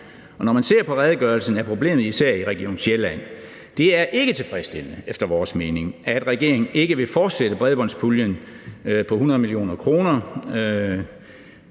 kommer med. Ifølge redegørelsen er problemet især i Region Sjælland, og det er ikke tilfredsstillende efter vores mening, at regeringen ikke vil fortsætte bredbåndspuljen på 100 mio. kr.